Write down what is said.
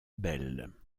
belle